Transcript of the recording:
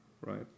Right